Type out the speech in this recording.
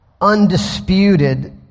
undisputed